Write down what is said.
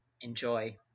enjoy